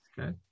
Okay